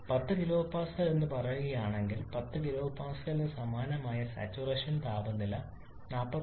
10 kPa എന്ന് പറയുകയാണെങ്കിൽ 10 kPa ന് സമാനമായ സാച്ചുറേഷൻ താപനില 45